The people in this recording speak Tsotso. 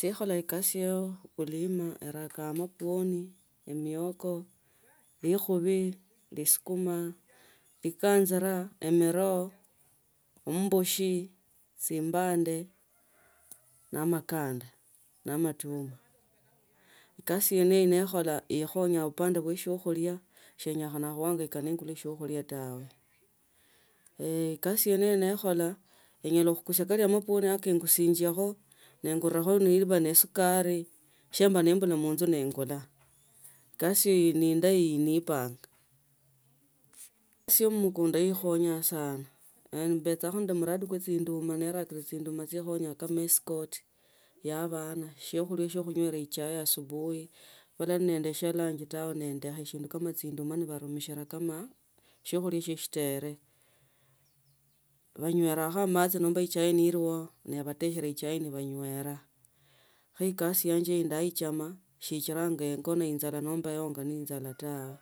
Ise ekholanga ekasi ya ukulima erakanga amapwoni emioko likhubi lisukuma chikanjira emiroo ombushi chimbande na amakanda na amatuma ikasi yene hiyo nje khola ikhonya upande wa khulia shienyekha khuhangaka nengula shiokulia tawe kasi yene yo nekjola nyala khikusia kali na amapwoni ke engusilenge nengarakho ni ba nj sukari shibashiki munzu ta ningula kosi inone indayi nipange kasi ya omukundu ikhonya sana mbechacho nende muradi kwa chinchama nindakile chinduma chikhonya kama escort ya abara shinga shiokhulia shia khunywila echai asubuhi bal nebali shibalia lunch tawe nende kha shindu shinga chinduma nendumishila kama shiokhulia shina eshitore, onywelecha machi nomba echai ilya nibatechela echai nebunywela khoi kasi yanje ino ndaiyanza ndaichama sichila ingona injala nomba neonga nenjala tawe